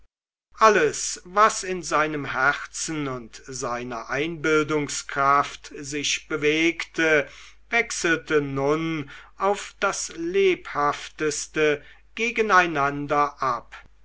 alles was in seinem herzen und seiner einbildungskraft sich bewegte wechselte nun auf das lebhafteste gegeneinander ab